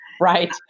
Right